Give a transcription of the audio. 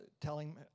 telling